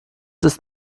ist